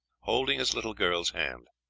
holding his little girl's hand.